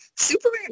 Superman